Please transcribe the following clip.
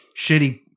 shitty